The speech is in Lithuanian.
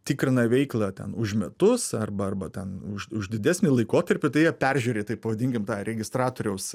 tikrina veiklą ten už metus arba arba ten už didesnį laikotarpį jie peržiūri taip pavadinkim tą registratoriaus